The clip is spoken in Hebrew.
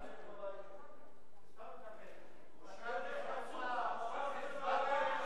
הצעת ועדת הכנסת ליטול מחברת הכנסת